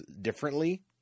differently